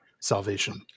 salvation